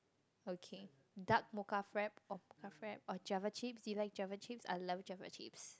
okay dark mocha frappe or mocha frappe or java chips do you like java chips I love java chips